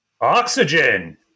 Oxygen